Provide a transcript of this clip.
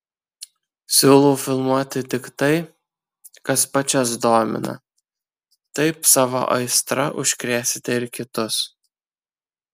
siūlau filmuoti tik tai kas pačias domina taip savo aistra užkrėsite ir kitus